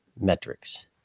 metrics